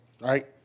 right